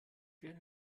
werde